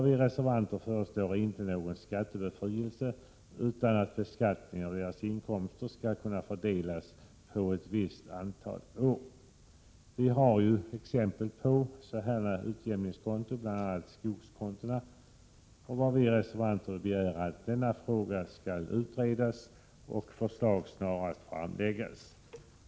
Vi reservanter föreslår inte någon skattebefrielse men att beskattningen av inkomsterna skall fördelas på ett visst antal år. Vi har ju exempel på utjämningskonton, bl.a. skogskonton, och vad vi reservanter begär är att denna fråga skall utredas och förslag snarast framläggas.